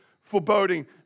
foreboding